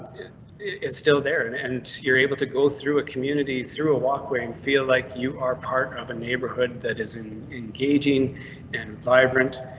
still there and and you're able to go through a community through a walkway and feel like you are part of a neighborhood that is in engaging and vibrant.